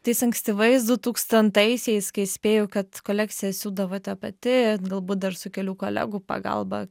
tais ankstyvais dutūkstantaisiais kai spėju kad kolekcija siūdavo te pati galbūt dar su kelių kolegų pagalba